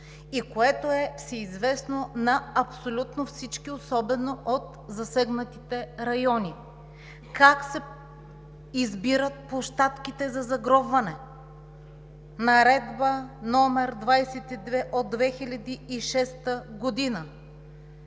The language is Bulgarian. и което е всеизвестно на абсолютно всички, особено от засегнатите райони. Как се избират площадките за загробване? Наредба № 22 от 2006 г.